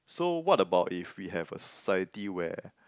so what about if we have a society where